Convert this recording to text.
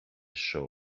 show